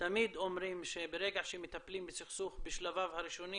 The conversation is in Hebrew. תמיד אומרים שברגע שמטפלים בסכסוך בשלביו הראשונים